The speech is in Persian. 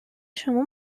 شما